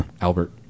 Albert